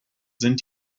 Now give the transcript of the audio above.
sind